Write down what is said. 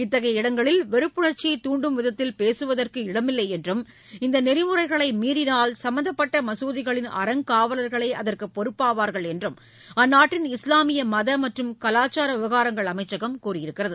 இத்தகைய இடங்களில் வெறுப்புணர்ச்சியை தூண்டும் விதத்தில் பேசுவதற்கு வழியில்லை என்றும் இந்த நெறிமுறைகளை மீறினால் சம்பந்தப்பட்ட மசூதிகளின் அறங்காவலர்கள் பொறுப்பாவார்கள் என்றும் அந்நாட்டின் இஸ்லாமிய மத மற்றும் கலாச்சார விவகாரங்கள் அமைச்சகம் தெரிவித்துள்ளது